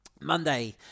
Monday